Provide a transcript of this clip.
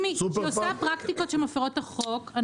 כשעושה פרקטיקות שמפרות את החוק.